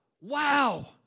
Wow